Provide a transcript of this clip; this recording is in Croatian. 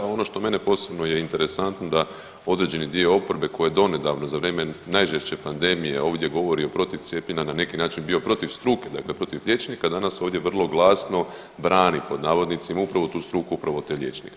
A ono što meni je posebno interesantno da određeni dio oporbe koji je donedavno za vrijem najžešće pandemije ovdje govori protiv cijepljenja na neki način bio protiv struke, dakle protiv liječnika danas ovdje vrlo glasno brani pod navodnicima upravo tu struku, upravo te liječnike.